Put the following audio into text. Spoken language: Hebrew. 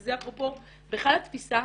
וזה אפרופו בכלל התפיסה,